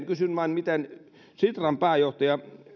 kysyn vain miten sitran pääjohtaja